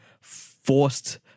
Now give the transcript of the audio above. forced